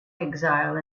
exile